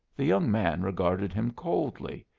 the young man regarded him coldly.